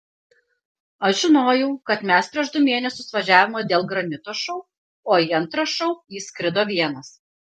aš žinojau kad mes prieš du mėnesius važiavome dėl granito šou o į antrą šou jis skrido vienas